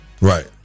Right